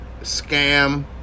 scam